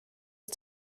wyt